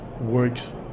works